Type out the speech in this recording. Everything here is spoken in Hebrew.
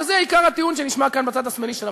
וזה עיקר הטיעון שנשמע כאן בצד השמאלי של המפה: